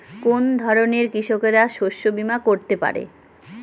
কোন ধরনের কৃষকরা শস্য বীমা করতে পারে?